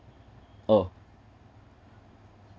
oh